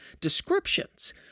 descriptions